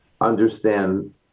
understand